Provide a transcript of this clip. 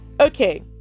Okay